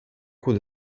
cours